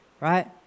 right